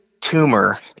tumor